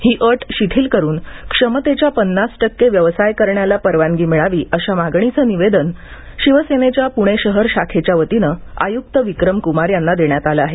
ही अट शिथील करून क्षमतेच्या पन्नास टक्के व्यवसाय करण्याला परवानगी मिळावी अशा मागणीचं निवेदन शिवसेनेच्या प्णे शहर शाखेच्या वतीनं आयुक्त विक्रम क्मार यांना देण्यात आले आहे